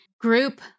Group